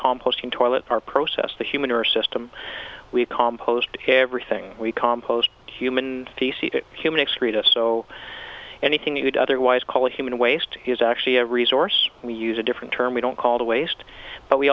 composting toilet our process the human or system we compost everything we compost human feces human excreta so anything you'd otherwise call human waste is actually a resource we use a different term we don't call the waste but we